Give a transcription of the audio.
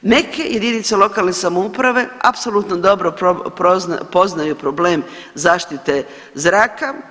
Neke jedinice lokalne samouprave apsolutno dobro poznaju problem zaštite zraka.